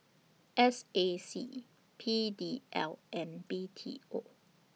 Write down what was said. S A C P D L and B T O